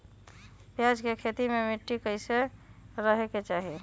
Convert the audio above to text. प्याज के खेती मे मिट्टी कैसन रहे के चाही?